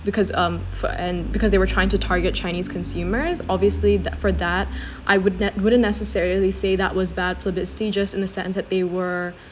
because um for an because they were trying to target chinese consumers obviously that for that I would nev~ wouldn't necessarily say that was bad publicity just in the sense that they were